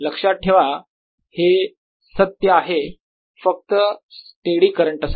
लक्षात ठेवा हे सत्य आहे फक्त स्टेडी करंट साठी